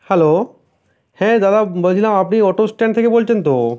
hello হ্যাঁ দাদা বলছিলাম আপনি অটো স্ট্যান্ড থেকে বলছেন তো